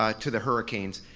ah to the hurricanes.